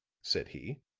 said he,